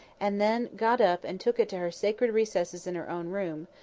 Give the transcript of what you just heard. and then got up and took it to her sacred recesses in her own room,